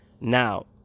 now